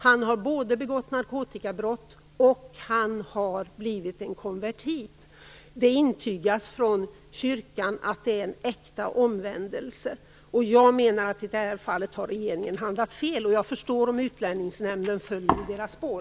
Han har både begått narkotikabrott och blivit en konvertit. Det intygas från kyrkan att omvändelsen är äkta. Jag menar att regeringen i det här fallet har handlat fel. Jag förstår om Utlänningsnämnden följer i regeringens spår.